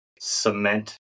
cement